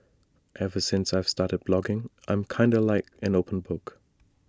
ever since I've started blogging I'm kinda like an open book